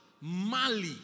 Mali